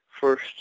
first